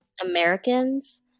Americans